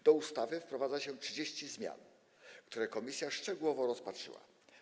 Do ustawy wprowadza się 30 zmian, które komisja szczegółowo rozpatrzyła.